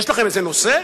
יש לכם איזה נושא?